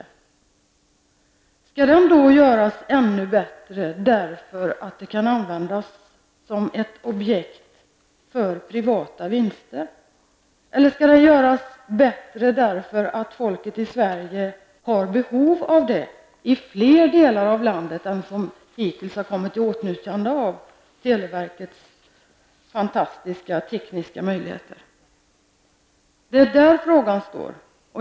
Men skall den då göras ännu bättre därför att det här kan användas som ett objekt för privata vinster eller därför att människorna i Sverige har behov därav inte bara i de delar av landet där man hittills har kommit i åtnjutande av televerkets fantastiska tekniska möjligheter? Det är det som frågan gäller.